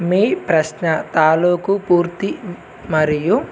మీ ప్రశ్న తాలూకు పూర్తి మరియు